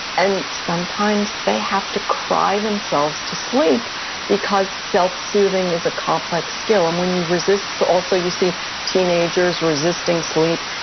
and sometimes they have to cry themselves to sleep because self-soothing is a complex skill and when you resist, also, you see teenagers resisting sleep.